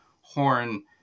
horn